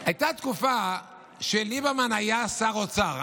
הייתה תקופה שליברמן היה שר אוצר,